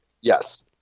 Yes